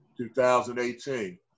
2018